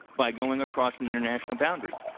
by going across international boundary.